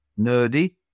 nerdy